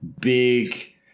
big